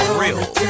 real